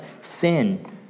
sin